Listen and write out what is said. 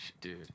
dude